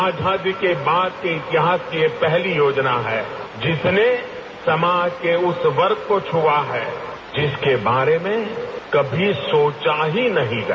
आजादी के बाद के इतिहास की यह पहली योजना है जिसने समाज के उस वर्ग को छुआ है जिसके बारे में कभी सोचा ही नहीं गया